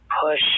push